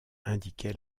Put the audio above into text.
indiquait